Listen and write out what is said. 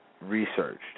researched